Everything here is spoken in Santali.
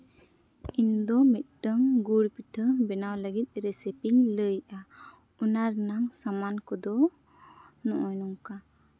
ᱤᱧᱫᱚ ᱢᱤᱫᱴᱟᱱ ᱜᱩᱲ ᱯᱤᱴᱷᱟᱹ ᱵᱮᱱᱟᱣ ᱞᱟᱹᱜᱤᱫ ᱨᱮᱥᱤᱯᱤᱧ ᱞᱟᱹᱭᱮᱫᱼᱟ ᱚᱱᱟ ᱨᱮᱭᱟᱢ ᱥᱟᱢᱟᱱ ᱠᱚᱫᱚ ᱱᱚᱜᱼᱚᱭ ᱱᱚᱝᱠᱟ